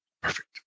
Perfect